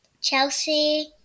Chelsea